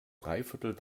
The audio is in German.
dreiviertel